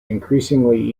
increasingly